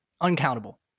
uncountable